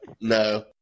No